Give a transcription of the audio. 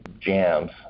jams